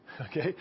okay